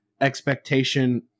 expectation